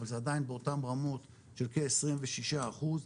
אבל זה עדיין באותן רמות של כ-26 אחוז,